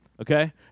Okay